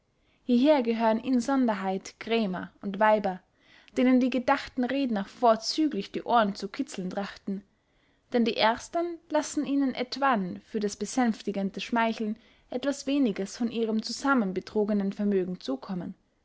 hieher gehören insonderheit krämer und weiber denen die gedachten redner vorzüglich die ohren zu kitzlen trachten denn die erstern lassen ihnen etwann für das besänftigende schmeicheln etwas weniges von ihrem zusammenbetrogenen vermögen zukommen